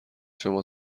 شما